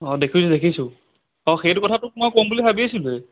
অঁ দেখিছোঁ দেখিছোঁ অঁ সেইটো কথা তোক মই ক'ম বুলি ভাবিছিলোৱেই